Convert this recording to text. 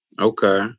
Okay